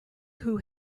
who